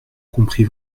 compris